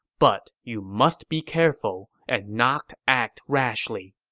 but you must be careful and not act rashly.